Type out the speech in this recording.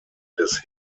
des